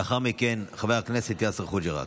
לאחר מכן, חבר הכנסת יאסר חוג'יראת.